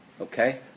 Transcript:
okay